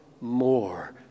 more